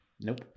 Nope